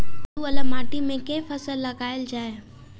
बालू वला माटि मे केँ फसल लगाएल जाए?